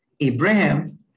Abraham